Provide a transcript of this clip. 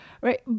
Right